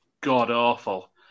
god-awful